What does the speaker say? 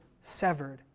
severed